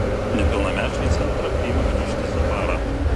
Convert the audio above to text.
nepilnamečiai į centrą priimami ištisą parą